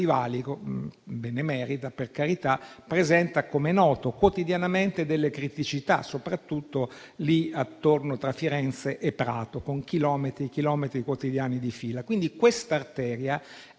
di Valico - benemerita, per carità - presenta, come noto, quotidianamente delle criticità, soprattutto tra Firenze e Prato, con chilometri e chilometri quotidiani di fila. Pertanto questa arteria è